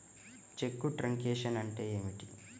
చెక్కు truncation అంటే ఏమిటి?